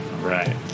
Right